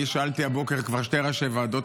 אני שאלתי הבוקר כבר שני ראשי ועדות,